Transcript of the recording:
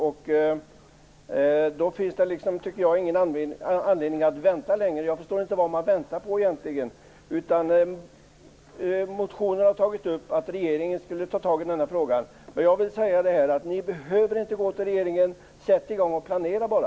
Jag menar att det då inte finns anledning att vänta längre. Jag förstår inte vad man väntar på egentligen. I motionen har man tagit upp att regeringen borde ta tag i den här frågan, men jag vill här säga att ni inte behöver gå till regeringen. Sätt i gång att planera bara!